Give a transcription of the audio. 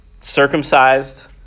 Circumcised